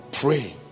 pray